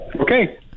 Okay